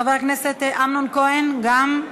חבר הכנסת אמנון כהן גם?